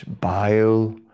bile